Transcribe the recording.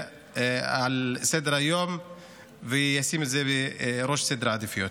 את זה על סדר-היום ובראש סדר העדיפויות.